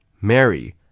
Mary